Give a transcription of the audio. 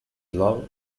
love